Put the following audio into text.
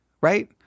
right